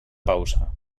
pausa